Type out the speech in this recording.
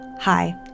Hi